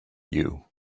you